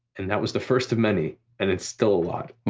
and that was the first of many, and it's still a lot.